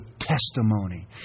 testimony